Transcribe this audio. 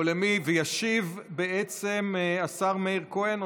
וישיב בעצם השר מאיר כהן.